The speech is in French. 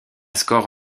score